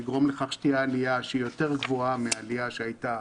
וזה יגרום לכך שתהיה עלייה יותר גבוהה מהעלייה שהייתה